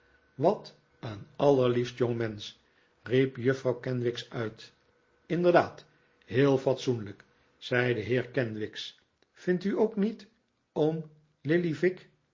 wat een allerliefst jonrmensch riep juffrouw kenwigs uit inderdaad heel fatsoenlijk zei de heer kenwigs vindt u ook niet oom lillyvick